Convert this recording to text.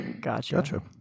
gotcha